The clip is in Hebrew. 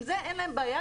עם זה אין להם בעיה,